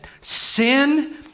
sin